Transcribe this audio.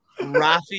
Rafi